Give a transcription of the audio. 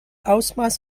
ausmaß